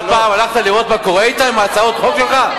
אתה פעם הלכת לראות מה קורה אתם עם הצעות החוק שלך?